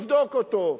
תבדוק אותו,